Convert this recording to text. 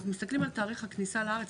אנחנו מסתכלים על תאריך הכניסה לארץ,